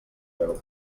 veu